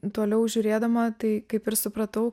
toliau žiūrėdama tai kaip ir supratau